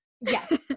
yes